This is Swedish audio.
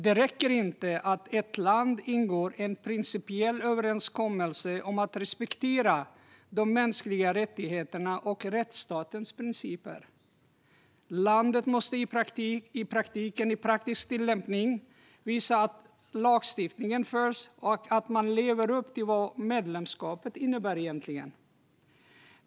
Det räcker inte att ett land ingår en principiell överenskommelse om att respektera de mänskliga rättigheterna och rättsstatens principer. Landet måste i praktisk tillämpning visa att lagstiftningen följs och att man lever upp till vad medlemskapet egentligen innebär.